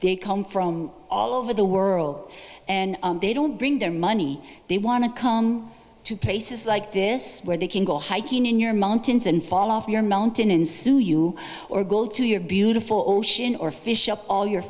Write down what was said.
they come from all over the world and they don't bring their money they want to come to places like this where they can go hiking in your mountains and fall off your mountain in sue you or gold to your beautiful ocean or fish up all your